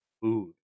food